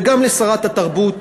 וגם לשרת התרבות,